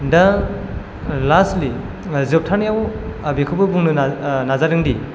दा जोबथानायाव बेखौबो बुंनो नाजादोंदि